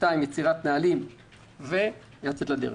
יצירת נהלים ולצאת לדרך.